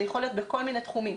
זה יכול להיות בכל מיני תחומים.